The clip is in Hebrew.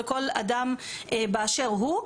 לכל אדם באשר הוא,